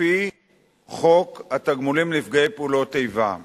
לפי חוק התגמולים לנפגעי פעולות איבה,